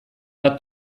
bat